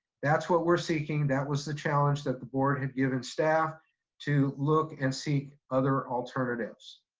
that's what we're seeking. that was the challenge that the board had given staff to look and seek other alternatives.